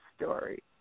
story